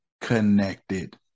connected